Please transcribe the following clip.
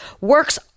works